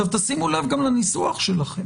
שימו לב גם לניסוח שלכם